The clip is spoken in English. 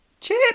Chip